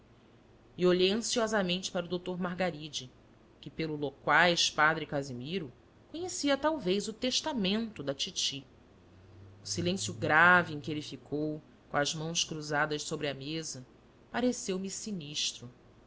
e olhei ansiosamente para o doutor margaride que pelo loquaz padre casimiro conhecia talvez o testamento da titi o silêncio grave em que ele ficou com as mãos cruzadas sobre a mesa pareceu-me sinistro